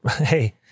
Hey